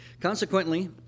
Consequently